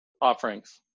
offerings